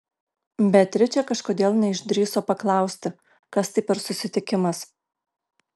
beatričė kažkodėl neišdrįso paklausti kas tai per susitikimas